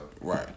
Right